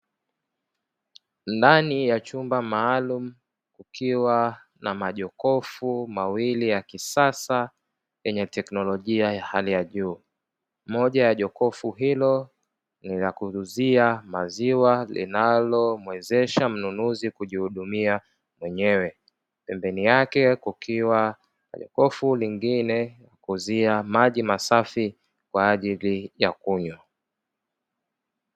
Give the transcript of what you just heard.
Ndani ya chumba maalumu kukiwa na majokofu mawili ya kisasa yenye teknolojia ya hali ya juu, moja ya jokofu hilo ni la kuuzia maziwa linalomuwezesha mnunuzi kujihudumia mwenyewe, pembeni yake kukiwa na jokofu lingine la kuuzia maji masafi kwa ajili ya kunywa.